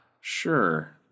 Sure